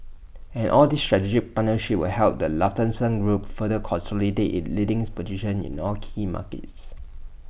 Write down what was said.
and all these strategic partnerships will help the Lufthansa group further consolidate its leading position in all key markets